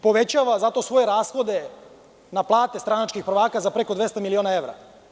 Povećava zato svoje rashode na plate stranačkih prvaka za preko 200 miliona evra.